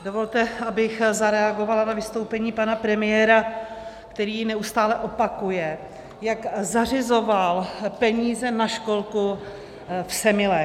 Dovolte, abych zareagovala na vystoupení pana premiéra, který neustále opakuje, jak zařizoval peníze na školku v Semilech.